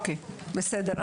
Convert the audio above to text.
בסדר.